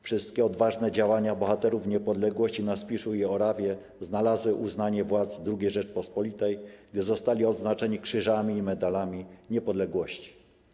Wszystkie odważne działania bohaterów niepodległości na Spiszu i Orawie znalazły uznanie władz II Rzeczypospolitej, gdyż zostali odznaczeni krzyżami i medalami niepodległości.